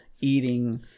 eating